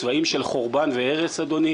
רמי, רק השלטים שלכם במועצות הדתיות.